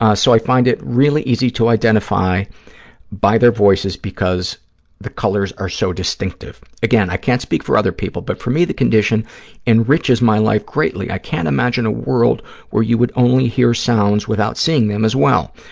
ah so, i find it really easy to identify by their voices because the colors are so distinctive. again, i can't speak for other people, but for me, the condition enriches my life greatly. i can't imagine a world where you would only hear sounds without seeing them as well.